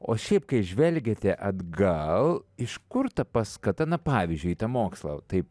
o šiaip kai žvelgiate atgal iš kur ta paskata na pavyzdžiui tą mokslą taip